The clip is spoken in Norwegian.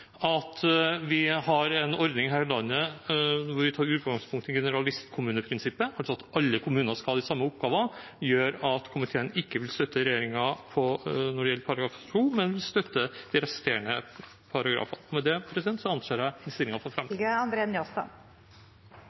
at vi har en ordning her i landet der vi tar utgangspunkt i generalistkommuneprinsippet, altså at alle kommuner skal ha de samme oppgavene, gjør at komiteen ikke vil støtte regjeringen når det gjelder § 2, men støtter de resterende paragrafene. Med det vil jeg tilrå innstillingen. Jeg slutter meg til saksordførerens fremstilling av denne saken og er glad for